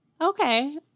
Okay